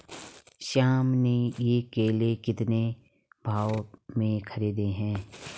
श्याम ने ये केले कितने भाव में खरीदे हैं?